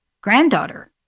granddaughter